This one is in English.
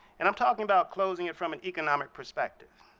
and i'm talking about closing it from an economic perspective.